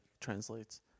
translates